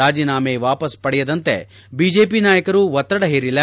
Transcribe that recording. ರಾಜೀನಾಮೆ ವಾಪಸ್ ಪಡೆಯದಂತೆ ಬಿಜೆಪಿ ನಾಯಕರು ಒತ್ತಡ ಹೇರಿಲ್ಲ